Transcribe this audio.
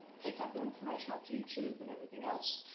pick up their information off youtube and everything else.